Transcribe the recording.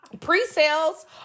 pre-sales